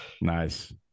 Nice